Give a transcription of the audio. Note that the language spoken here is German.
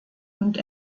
und